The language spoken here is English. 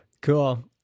Cool